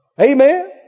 Amen